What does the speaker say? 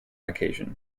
occasion